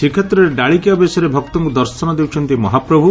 ଶ୍ରୀକ୍ଷେତ୍ରରେ ଡାଳିକିଆ ବେଶରେ ଭକ୍ତଙ୍କୁ ଦର୍ଶନ ଦେଉଛନ୍ତି ମହାପ୍ରଭୁ